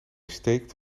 steekt